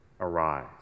Arise